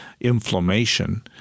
inflammation